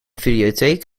videotheek